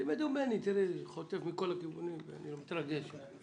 תלמדו ממני, אני חוטף מכל הכיוונים ואני לא מתרגש.